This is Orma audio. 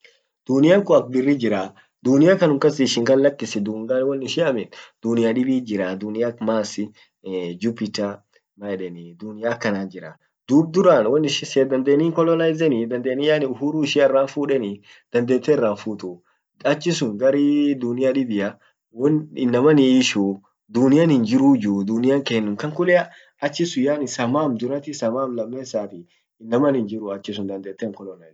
dunian kun ak birri jiraa dunia kan kanun kas ishin lakisi dungan won ishin amint dunia dibit jirra ak mars, jupiter maeden dunia akasit jiraa dub duran won sin yeden won sihin siyyet dandani hinkolonaizenii dandeni yaani uhuru ishia irra hin fudeni? dandete irra hin futuu achisun gar dunia dibbia won inaman hiishu dub dunian hinjruyyu dunian kenum kan kulea achisun yaani samam durati samam lamessati inaman hinjiru dandete hinkolonzizenuu.